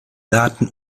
daten